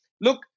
look